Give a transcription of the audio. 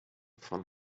von